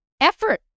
effort